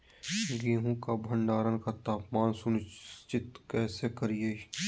गेहूं का भंडारण का तापमान सुनिश्चित कैसे करिये?